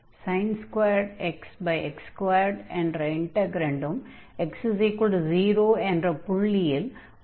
அதே மாதிரி x x2 என்ற இன்டக்ரன்ட் x0 என்ற புள்ளியில் வரையறுக்கப்படாமல் உள்ளது